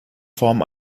form